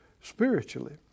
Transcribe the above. spiritually